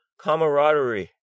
camaraderie